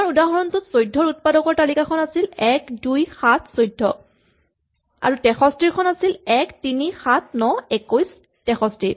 আমাৰ উদাহৰণটোত ১৪ ৰ উৎপাদকৰ তালিকাখন আছিল ১ ২ ৭ ১৪ আৰু ৬৩ ৰ খন আছিল ১ ৩ ৭ ৯ ২১ ৬৩